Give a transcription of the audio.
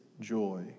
joy